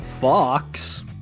fox